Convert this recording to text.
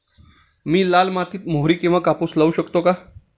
मी लाल मातीत मोहरी किंवा कापूस लावू शकतो का?